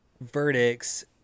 verdicts